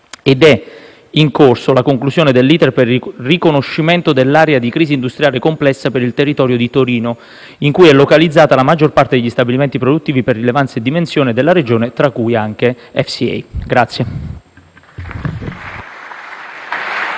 ed è in corso la conclusione dell'*iter* per il riconoscimento dell'area di crisi industriale complessa per il territorio di Torino, in cui è localizzata la maggior parte degli stabilimenti produttivi, per rilevanza e dimensione, della Regione, tra cui anche FCA.